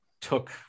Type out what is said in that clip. took